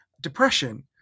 depression